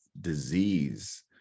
disease